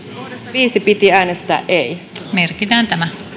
viisi piti äänestää ei merkitään